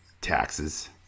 Taxes